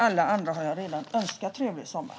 Alla andra har jag redan önskat trevlig sommar.